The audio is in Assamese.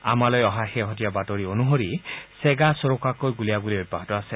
আমালৈ অহা শেহতীয়া বাতৰি অনুসৰি চেগাচোৰকাকৈ গুলীয়াগুলী অব্যাহত আছে